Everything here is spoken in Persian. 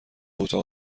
اتاق